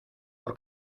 por